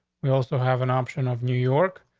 we also have an option of new york.